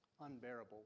unbearable